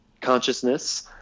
consciousness